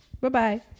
bye-bye